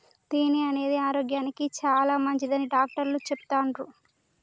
తేనె అనేది ఆరోగ్యానికి చాలా మంచిదని డాక్టర్లు చెపుతాన్రు